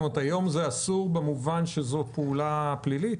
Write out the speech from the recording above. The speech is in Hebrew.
זאת אומרת, היום זה אסור במובן שזו פעולה פלילית?